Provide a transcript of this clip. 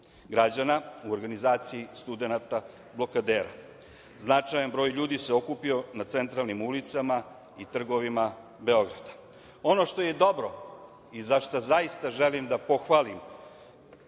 građana u organizaciji studenata blokadera. Značajan broj ljudi se okupio na centralnim ulicama i trgovima Beograda. Ono što je dobro i za šta zaista želim da pohvalim